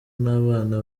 n’abana